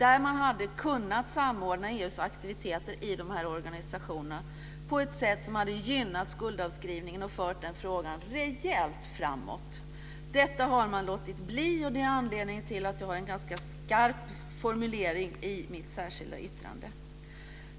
Man hade kunnat samordna EU:s aktiviteter i de här organisationerna på ett sätt som hade gynnat skuldavskrivningen och fört frågan rejält framåt. Detta har man låtit bli, och det är anledningen till att jag har en ganska skarp formulering i mitt särskilda yttrande.